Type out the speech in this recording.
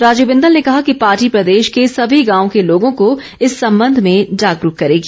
राजीव बिंदल ने कहा कि पार्टी प्रदेश के सभी गांवों के लोगों को इस संबंध में जागरूक करेगी